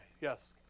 Yes